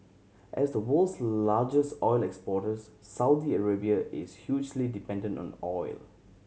as the world's largest oil exporters Saudi Arabia is hugely dependent on oil